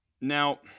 Now